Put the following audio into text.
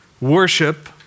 Worship